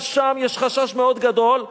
גם שם יש חשש מאוד גדול,